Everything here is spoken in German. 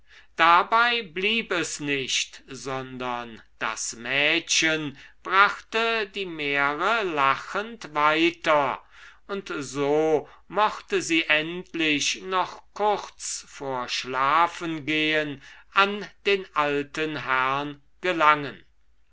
dabei blieb es nicht sondern das mädchen brachte die märe lachend weiter und so mochte sie endlich noch kurz vor schlafengehen an den alten herrn gelangen